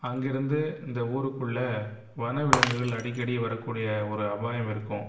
அங்கே இருந்து இந்த ஊருக்குள்ளே வனவிலங்குகள் அடிக்கடி வரக்கூடிய ஒரு அபாயம் இருக்கும்